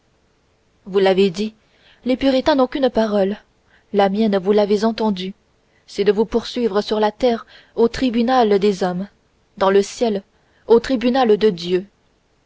vous l'avez dit les puritains n'ont qu'une parole la mienne vous l'avez entendue c'est de vous poursuivre sur la terre au tribunal des hommes dans le ciel au tribunal de dieu